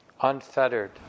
unfettered